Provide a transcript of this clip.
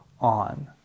on